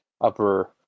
upper